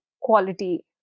quality